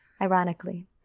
ironically